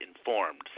informed